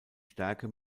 stärke